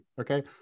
Okay